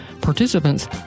Participants